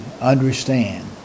understand